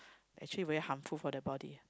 actually very harmful for the body